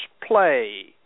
play